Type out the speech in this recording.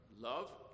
love